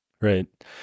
Right